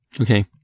Okay